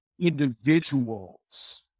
individuals